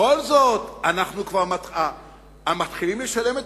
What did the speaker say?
בכל זאת, אנחנו מתחילים לשלם את